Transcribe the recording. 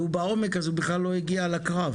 והוא בעומק אז הוא בכלל לא הגיע לקרב.